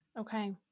Okay